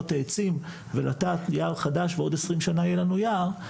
את העצים ולטעת יער חדש ובעוד 20 שנה יהיה לנו יער,